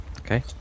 Okay